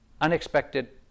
unexpected